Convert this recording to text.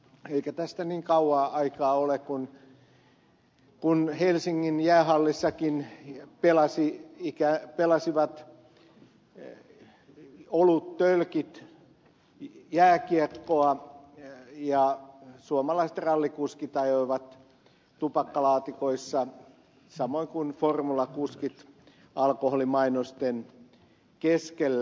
eikä tästä niin kauan aikaa ole kun helsingin jäähallissakin pelasivat oluttölkit jääkiekkoa suomalaiset rallikuskit ajoivat tupakkalaatikoissa samoin kuin formulakuskit alkoholimainosten keskellä